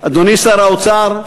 אדוני שר האוצר,